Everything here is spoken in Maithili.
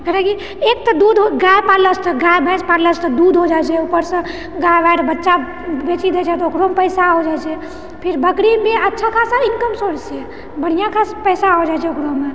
कयलाकि एक तऽ दूध गाए पललासँ गाय भैंस पललासँ दूध हो जाइत छै ऊपरसँ गाय वाए रऽ बच्चा बेची दै छै तऽ ओकरोमे पैसा हो जाइत छै फिर बकरीमे भी अच्छा खासा ईनकम सोर्स छै बढ़िआँ पैसा हो जाइत छै ओकरोमे